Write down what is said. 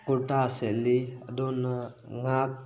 ꯀꯨꯔꯇꯥ ꯁꯦꯠꯂꯤ ꯑꯗꯨꯅ ꯉꯥꯛ